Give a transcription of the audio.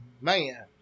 Man